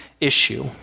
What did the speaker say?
issue